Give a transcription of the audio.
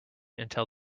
until